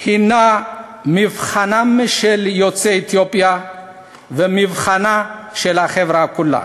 היא מבחנם של יוצאי אתיופיה ומבחנה של החברה כולה.